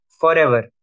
forever